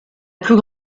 plus